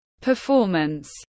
performance